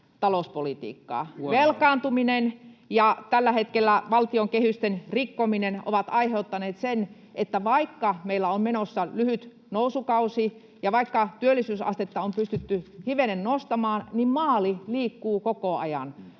talouspolitiikkaa. Velkaantuminen ja tällä hetkellä valtion kehysten rikkominen ovat aiheuttaneet sen, että vaikka meillä on menossa lyhyt nousukausi ja vaikka työllisyysastetta on pystytty hivenen nostamaan, maali liikkuu koko ajan.